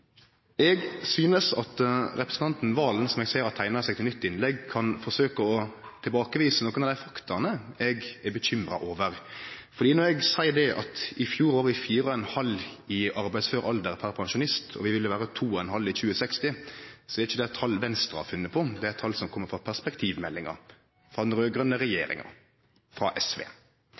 Eg synest at representanten Serigstad Valen, som eg ser har teikna seg til eit nytt innlegg, kan forsøke å tilbakevise nokre av de fakta eg er bekymra over. Når eg seier at i fjor var vi 4,5 i arbeidsfør alder per pensjonist, og at vi vil vere 2,5 i 2060, er det ikkje tal som Venstre har funne på. Det er tal som kjem frå perspektivmeldinga, frå den raud-grøne regjeringa, frå SV.